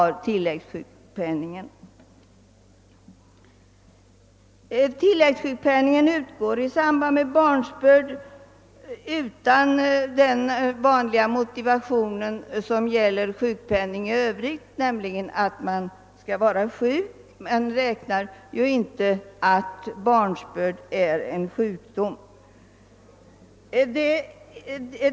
Tilläggssjukpenningen utgår i samband med barnsbörd utan den vanliga motivation som gäller sjukpenning i övrigt, nämligen den att man skall vara sjuk. Barnsbörd betraktas ju inte som sjukdom.